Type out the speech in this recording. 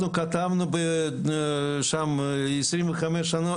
אנחנו כתבנו שם עשרים וחמש שנה,